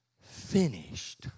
finished